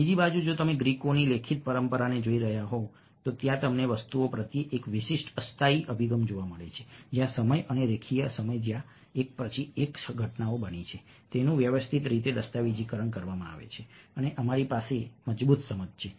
બીજી બાજુ જો તમે ગ્રીકોની લેખિત પરંપરાને જોઈ રહ્યા હોવ તો ત્યાં તમને વસ્તુઓ પ્રત્યે એક વિશિષ્ટ અસ્થાયી અભિગમ જોવા મળે છે જ્યાં સમય અને રેખીય સમય જ્યાં એક પછી એક ઘટનાઓ બની હતી તેનું વ્યવસ્થિત રીતે દસ્તાવેજીકરણ કરવામાં આવે છે અને અમારી પાસે મજબૂત સમજ છે